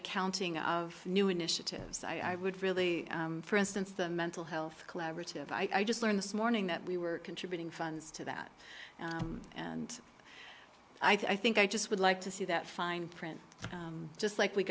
accounting of new initiatives i would really for instance the mental health collaborative i just learned this morning that we were contributing funds to that and i think i just would like to see that fine print just like we